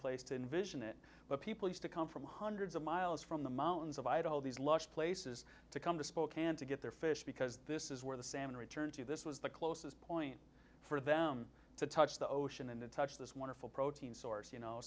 place to envision it where people used to come from hundreds of miles from the mountains of idaho these lush places to come to spokane to get their fish because this is where the salmon return to this was the closest point for them to touch the ocean and to touch this wonderful protein source you know